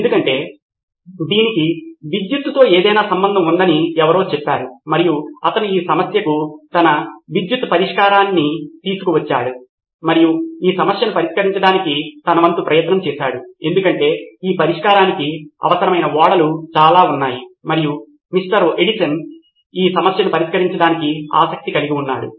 ఎందుకంటే దీనికి విద్యుత్తుతో ఏదైనా సంబంధం ఉందని ఎవరో చెప్పారు మరియు అతను ఈ సమస్యకు తన విద్యుత్ పరిష్కారాన్ని తీసుకువచ్చాడు మరియు ఈ సమస్యను పరిష్కరించడానికి తన వంతు ప్రయత్నం చేసాడు ఎందుకంటే ఈ పరిష్కారానికి అవసరమైన ఓడలు చాలా ఉన్నాయి మరియు మిస్టర్ ఎడిసన్ ఈ సమస్యను పరిష్కరించడానికి ఆసక్తి కలిగి ఉన్నాడు